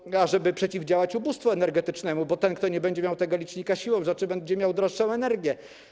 Chodzi o to, ażeby przeciwdziałać ubóstwu energetycznemu, bo ten, kto nie będzie miał tego licznika, siłą rzeczy będzie miał droższą energię.